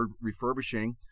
refurbishing